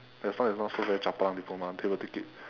as long as not chapalang diploma they'll take it